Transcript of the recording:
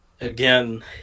Again